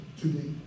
today